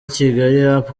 kigaliup